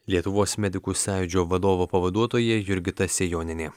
lietuvos medikų sąjūdžio vadovo pavaduotoja jurgita sejonienė